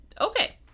okay